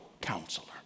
counselor